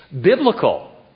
biblical